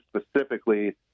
specifically